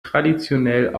traditionell